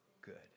good